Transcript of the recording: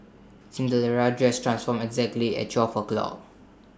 Cinderella's dress transformed exactly at twelve o'clock